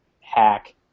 hack